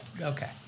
okay